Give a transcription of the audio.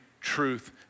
truth